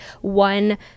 one